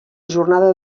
jornada